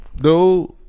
dude